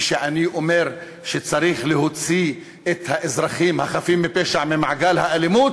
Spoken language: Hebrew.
וכשאני אומר שצריך להוציא את האזרחים החפים מפשע ממעגל האלימות,